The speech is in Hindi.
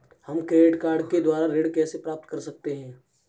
हम क्रेडिट कार्ड के द्वारा ऋण कैसे प्राप्त कर सकते हैं?